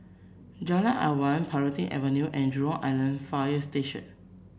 Jalan Awan Planting Avenue and Jurong Island Fire Station